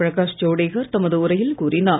பிரகாஷ் ஜவ்டேக்கர் தமது உரையில் கூறினார்